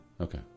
Okay